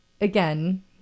again